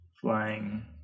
flying